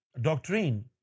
doctrine